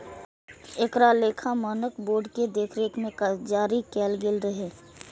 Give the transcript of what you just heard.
एकरा लेखा मानक बोर्ड के देखरेख मे जारी कैल गेल रहै